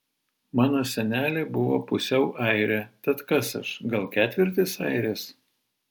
mano senelė buvo pusiau airė tad kas aš gal ketvirtis airės